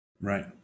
right